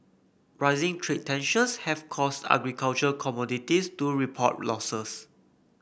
rising trade tensions have caused agricultural commodities to report losses